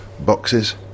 boxes